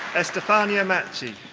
estefania macchi.